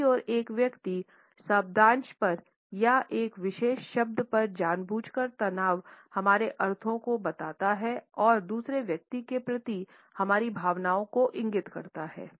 दूसरी ओर एक विशेष शब्दांश पर या एक विशेष शब्द पर जानबूझकर तनाव हमारे अर्थों को बताता है और दूसरे व्यक्ति के प्रति हमारी भावनाओं को इंगित करता है